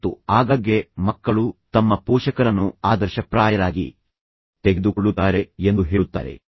ಮತ್ತು ಆಗಾಗ್ಗೆ ಮಕ್ಕಳು ತಮ್ಮ ಪೋಷಕರನ್ನು ಆದರ್ಶಪ್ರಾಯರಾಗಿ ತೆಗೆದುಕೊಳ್ಳುತ್ತಾರೆ ಎಂದು ಹೇಳುತ್ತಾರೆ